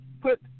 put